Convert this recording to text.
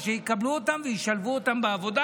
ושיקבלו אותם וישלבו אותם בעבודה,